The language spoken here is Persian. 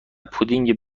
پودینگ